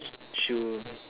shoe